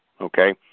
okay